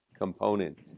component